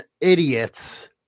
idiots